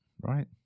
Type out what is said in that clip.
right